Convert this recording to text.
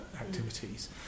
activities